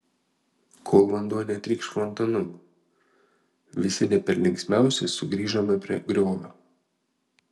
kol vanduo netrykš fontanu visi ne per linksmiausi sugrįžome prie griovio